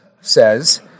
says